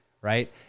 right